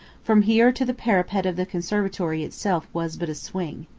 from here to the parapet of the conservatory itself was but a swing.